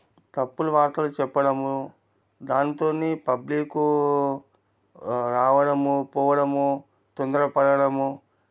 తప్పులు వార్తలు చెప్పడము దానితోని పబ్లికు రావడము పోవడము తొందర పడడము